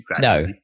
No